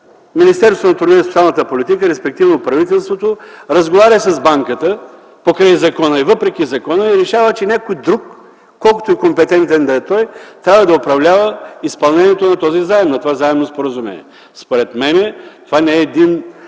Министерството на труда и социалната политика, респективно правителството, разговаря с Банката покрай закона и въпреки закона решава, че някой друг, колкото и компетентен да е той, трябва да управлява изпълнението на този заем, на това Заемно споразумение? Според мен това не е